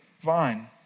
vine